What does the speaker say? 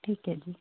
ਠੀਕ ਹੈ ਜੀ